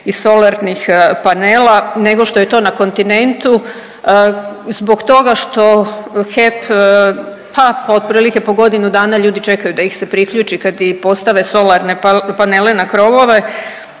iz solarnih panela nego što je to na kontinentu zbog toga što HEP, pa od otprilike po godinu dana ljudi čekaju da ih se priključe kad i postave solarne panele na krovove,